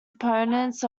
opponents